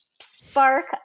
spark